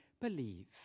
believe